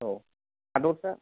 औ हादरा